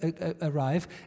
arrive